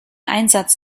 einsatz